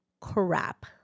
crap